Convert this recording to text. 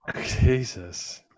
Jesus